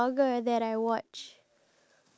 ya true